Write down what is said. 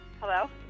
Hello